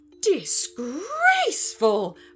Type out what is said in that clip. disgraceful